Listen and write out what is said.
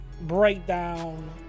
breakdown